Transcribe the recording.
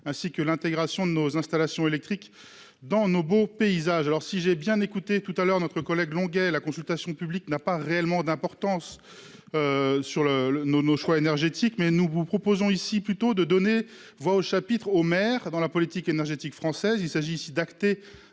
ainsi que l'intégration de nos installations électriques dans nos beaux paysages. Si j'ai bien compris notre collègue Gérard Longuet, la consultation publique n'a pas réellement d'importance dans nos choix énergétiques. Nous vous proposons ici de donner plutôt voix au chapitre aux maires dans la politique énergétique française. Il s'agit d'acter